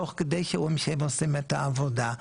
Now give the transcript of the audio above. תוך כדי שרואים שהם עושים את העבודה,